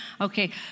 Okay